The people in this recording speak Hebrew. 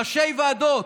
ראשי ועדות,